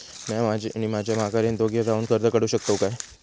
म्या आणि माझी माघारीन दोघे जावून कर्ज काढू शकताव काय?